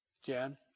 Jan